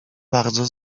bardzo